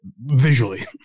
visually